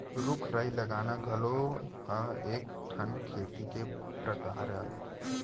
रूख राई लगाना घलौ ह एक ठन खेती के परकार अय